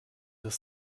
des